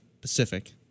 Pacific